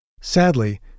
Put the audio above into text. Sadly